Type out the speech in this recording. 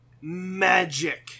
magic